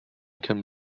can